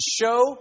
show